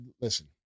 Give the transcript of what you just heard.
Listen